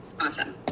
Awesome